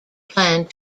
planned